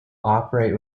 operate